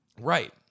Right